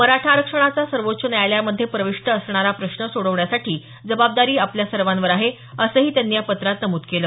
मराठा आरक्षणाचा सर्वोच्च न्यायालयामध्ये प्रविष्ट असणारा प्रश्न सोडवण्याची जबाबदारी आपल्या सर्वांवर आहे असंही त्यांनी या पत्रात नमुद केलं